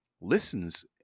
listens